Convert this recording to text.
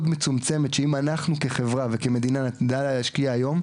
מצומצמת שאם אנחנו כחברה וכמדינה נדע להשקיע היום,